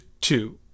two